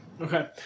Okay